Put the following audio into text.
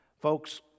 Folks